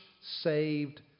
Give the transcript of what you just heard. Saved